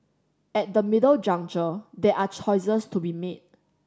at the middle juncture there are choices to be made